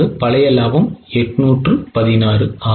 பழைய லாபம் 816 ஆகும்